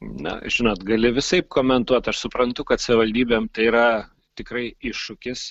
na žinot gali visaip komentuot aš suprantu kad savivaldybėm tai yra tikrai iššūkis